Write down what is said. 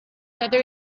other